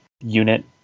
unit